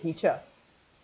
teacher